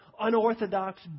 unorthodox